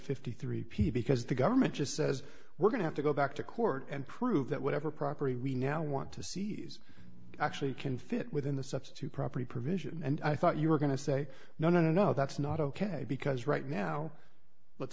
fifty three p because the government just says we're going to have to go back to court and prove that whatever property we now want to seize actually can fit within the substitute property provision and i thought you were going to say no no no that's not ok because right now let's